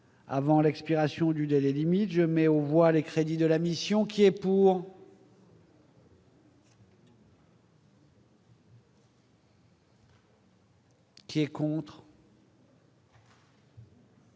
avant l'expiration du délai limite je mets aux voix les crédits de la mission qui est pour. Qui est contre.